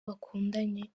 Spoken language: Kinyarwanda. bakundanye